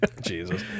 Jesus